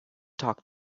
talk